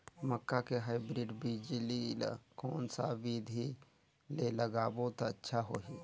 मक्का के हाईब्रिड बिजली ल कोन सा बिधी ले लगाबो त अच्छा होहि?